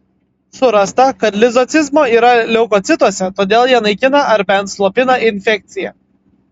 surasta kad lizocimo yra leukocituose todėl jie naikina ar bent slopina infekciją